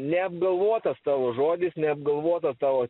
neapgalvotas tavo žodis neapgalvota tavo